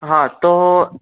હા તો